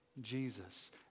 Jesus